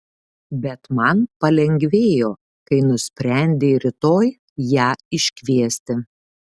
bet man palengvėjo kai nusprendei rytoj ją iškviesti